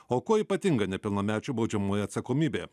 o kuo ypatinga nepilnamečių baudžiamoji atsakomybė